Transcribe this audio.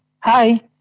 hi